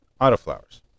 autoflowers